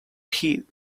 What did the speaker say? him